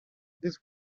this